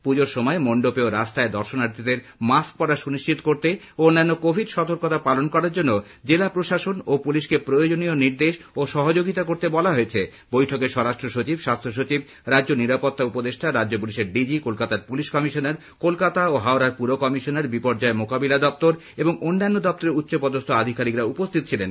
পুজোর সময় মণ্ডপে ও রাস্তায় দর্শনার্থীদের মুখোশ পরা সুনিশ্চিত করতে ও অন্যান্য কোভিড সতর্কতা পালন করার জন্য জেলা প্রশাসন ও পুলিশকে প্রয়োজনীয় নির্দেশ ও সহযোগিতা করতে বলা হয়েছে বৈঠকে স্বরাষ্ট্রসচিব স্বাস্থ্যসচিব রাজ্য নিরাপত্তা উপদেষ্টারাজ্য পুলিশের ডিজি কলকাতার পুলিশ কমিশনার কলকাতা ও হাওড়ার পুরকমিশনার বিপর্যয় মোকাবিলা দপ্তর এবং অন্যান্য দপ্তরের উচ্চপদস্থ আআধিকারিকরা উপস্থিত ছিলেন